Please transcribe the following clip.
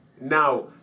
Now